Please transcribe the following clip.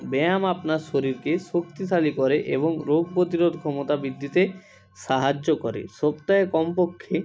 ব্যায়াম আপনার শরীরকে শক্তিশালী করে এবং রোগ প্রতিরোধ ক্ষমতা বৃদ্ধিতে সাহায্য করে সপ্তাহে কমপক্ষে